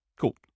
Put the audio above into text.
Cool